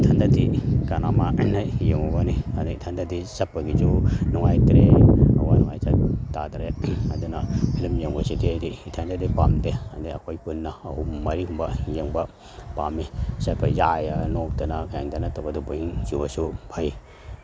ꯏꯊꯟꯗꯗꯤ ꯌꯦꯡꯉꯨꯕꯅꯤ ꯑꯗ ꯏꯊꯟꯗꯗꯤ ꯆꯠꯄꯒꯤꯁꯨ ꯅꯨꯡꯉꯥꯏꯇ꯭ꯔꯦ ꯑꯋꯥ ꯅꯨꯡꯉꯥꯏ ꯇꯥꯗ꯭ꯔꯦ ꯑꯗꯨꯅ ꯐꯤꯂꯝ ꯌꯦꯡꯕꯁꯤꯗꯤ ꯑꯩꯗꯤ ꯏꯊꯟꯗꯗꯤ ꯄꯥꯝꯗꯦ ꯑꯗꯒꯤ ꯑꯩꯈꯣꯏ ꯄꯨꯟꯅ ꯑꯍꯨꯝ ꯃꯔꯤꯒꯨꯝꯕ ꯌꯦꯡꯕ ꯄꯥꯝꯃꯤ ꯆꯠꯄ ꯌꯥꯏ ꯅꯣꯛꯇꯅ ꯈꯦꯡꯗꯅ ꯇꯧꯕꯁꯨ ꯕꯣꯔꯤꯡ ꯆꯨꯕꯁꯨ ꯐꯩ